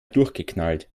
durchgeknallt